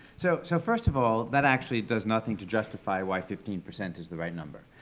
so so first of all, that actually does nothing to justify why fifteen percent is the right number.